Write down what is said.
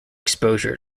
exposure